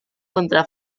contra